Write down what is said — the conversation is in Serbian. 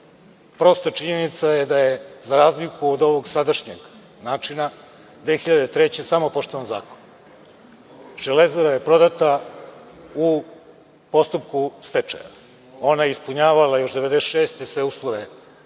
prosta činjenica je da je, za razliku od ovog sadašnjeg načina, 2003. godine samo poštovan zakon. „Železara“ je prodata u postupku stečaja. Ona je ispunjavala još 1996. godine sve uslove